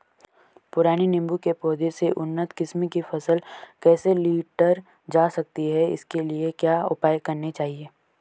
पुराने नीबूं के पौधें से उन्नत किस्म की फसल कैसे लीटर जा सकती है इसके लिए क्या उपाय करने चाहिए?